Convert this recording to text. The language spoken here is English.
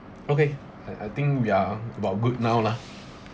okay I I think we are about good now lah